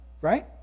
right